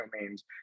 domains